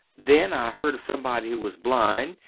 then i heard of somebody who was blind,